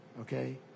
okay